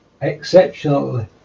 exceptionally